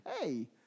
Hey